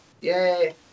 Yay